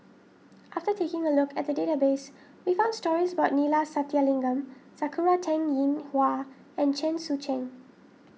after taking a look at the database we found stories about Neila Sathyalingam Sakura Teng Ying Hua and Chen Sucheng